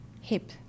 hip